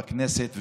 בכנסת,